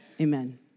Amen